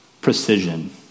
precision